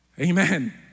Amen